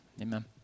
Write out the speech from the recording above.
amen